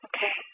Okay